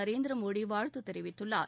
நரேந்திரமோடி வாழ்த்து தெரிவித்துள்ளார்